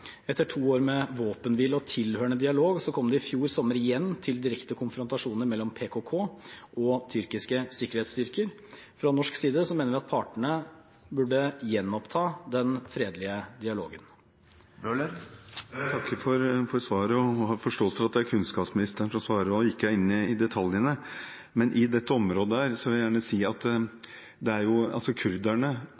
Etter to år med våpenhvile og tilhørende dialog kom det i fjor sommer igjen til direkte konfrontasjoner mellom PKK og tyrkiske sikkerhetsstyrker. Fra norsk side mener vi at partene burde gjenoppta den fredelige dialogen. Jeg takker for svaret og har forståelse for at det er kunnskapsministeren som svarer, og at han ikke er inne i detaljene. Men når det gjelder dette området, vil jeg gjerne si at